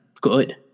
good